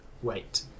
wait